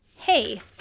Hey